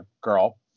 girl